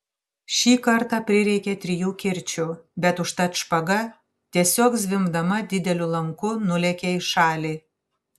šį kartą prireikė trijų kirčių bet užtat špaga tiesiog zvimbdama dideliu lanku nulėkė į šalį